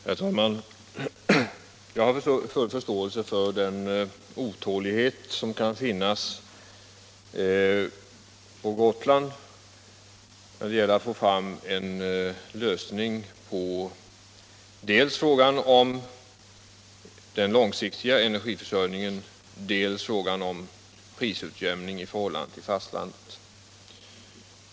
Herr talman! Jag har full förståelse för den otålighet som kan finnas på Gotland när det gäller att få en lösning på dels frågan om den långsiktiga energiförsörjningen, dels frågan om prisutjämning i förhållandet till fastlandet.